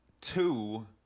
Two